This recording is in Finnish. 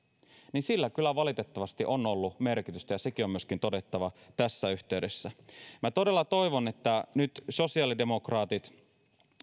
kyllä valitettavasti on ollut merkitystä sekin on myös todettava tässä yhteydessä todella toivon että sosiaalidemokraatit nyt